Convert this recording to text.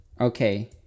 Okay